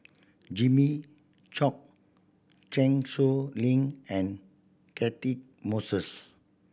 Jimmy Chok Chan Sow Lin and Cati Moses